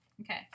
Okay